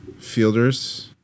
fielders